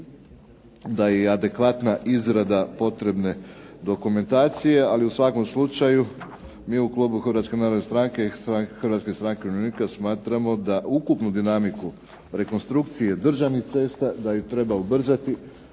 da je i adekvatna izrada potrebne dokumentacije. Ali u svakom slučaju mi u klubu Hrvatske narodne stranke i Hrvatske stranke umirovljenika smatramo da ukupnu dinamiku rekonstrukcije državnih cesta da ju treba ubrzati.